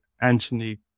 Anthony